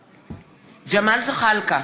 בהצבעה ג'מאל זחאלקה,